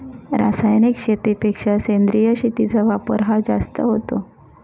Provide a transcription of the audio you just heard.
रासायनिक शेतीपेक्षा सेंद्रिय शेतीचा वापर हा जास्त होतो